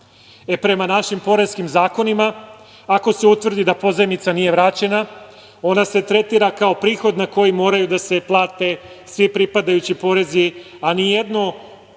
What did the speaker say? Prema našim poreskim zakonima, ako se utvrdi da pozajmica nije vraćena, ona se tretira kao prihod na koji moraju da se plate svi pripadajući porezi. Ni jedno